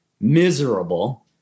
Miserable